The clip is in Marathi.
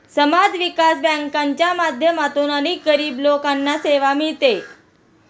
समाज विकास बँकांच्या माध्यमातून अनेक गरीब लोकांना सेवा मिळते